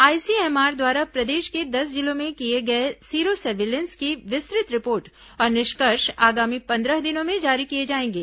ICM are द्वारा प्रदेश के दस जिलों में किए गए सीरो सर्विलेंस की विस्तृत रिपोर्ट और निष्कर्ष आगामी पंद्रह दिनों में जारी किए जाएंगे